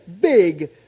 big